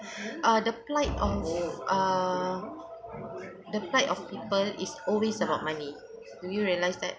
uh the plight of uh the plight of people is always about money do you realise that